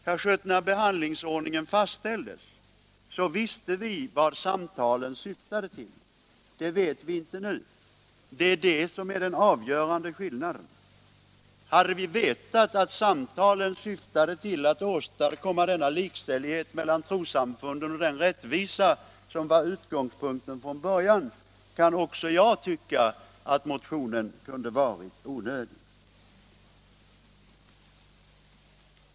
Herr Schött! När behandlingsordningen fastställdes visste vi vad samtalen syftade till. Det vet vi inte nu. Det är det som är den avgörande skillnaden. Hade vi vetat att samtalen syftade till att åstadkomma den likställighet mellan trossamfunden och den rättvisa som var utgångspunkten från början, så kunde också jag tycka att motionen varit onödig.